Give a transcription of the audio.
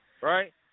Right